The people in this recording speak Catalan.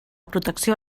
protecció